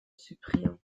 cyprien